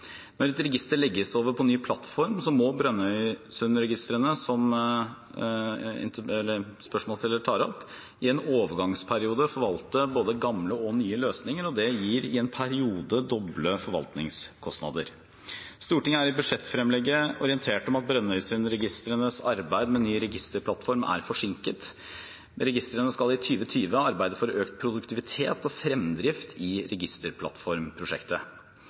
Når et register legges over på ny plattform, må Brønnøysundregistrene, som spørsmålsstilleren tar opp, i en overgangsperiode forvalte både gamle og nye løsninger. Dette gir i en periode doble forvaltningskostnader. Stortinget er i budsjettfremlegget orientert om at Brønnøysundregistrenes arbeid med ny registerplattform er forsinket. Brønnøysundregistrene skal i 2020 arbeide for økt produktivitet og fremdrift i registerplattformprosjektet.